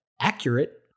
accurate